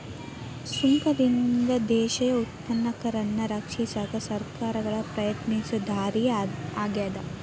ಸುಂಕದಿಂದ ದೇಶೇಯ ಉತ್ಪಾದಕರನ್ನ ರಕ್ಷಿಸಕ ಸರ್ಕಾರಗಳ ಪ್ರಯತ್ನಿಸೊ ದಾರಿ ಆಗ್ಯಾದ